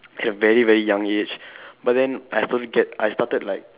at very very young age but then I slowly get I started like